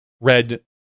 red